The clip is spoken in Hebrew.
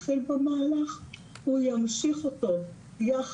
הכוונה היא שאת ההמלצות אנחנו בעצם נוכל כבר ליישם אותם